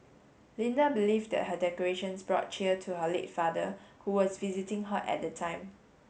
Linda believed that her decorations brought cheer to her late father who was visiting her at the time